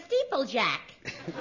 steeplejack